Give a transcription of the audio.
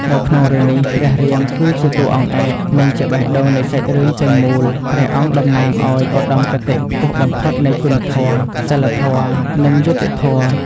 នៅក្នុងរឿងនេះ ព្រះរាម គឺជាតួអង្គឯក និងជាបេះដូងនៃសាច់រឿងទាំងមូលព្រះអង្គតំណាងឲ្យឧត្ដមគតិខ្ពស់បំផុតនៃគុណធម៌ សីលធម៌ និងយុត្តិធម៌ ។